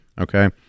Okay